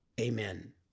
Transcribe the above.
Amen